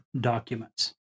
documents